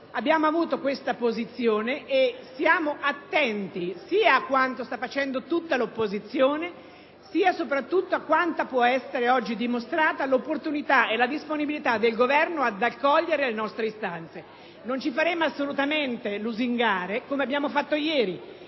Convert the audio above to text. abbiamo avuto questa posizione e stiamo attenti sia a quanto sta facendo tutta l’opposizione, sia soprattutto a quanto puo essere oggi dimostrato dal Governo come opportunitae disponibilita ad accogliere le nostre istanze. Non ci faremo assolutamente lusingare, come non abbiamo fatto ieri,